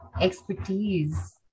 expertise